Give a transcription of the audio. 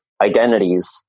identities